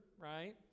right